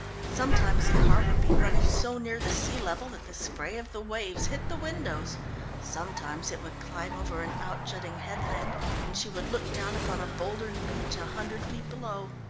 sometimes the car would be running so near the sea level that the spray of the waves hit the windows sometimes it would climb over an out-jutting headland and she would look down upon a bouldered beach a hundred feet below.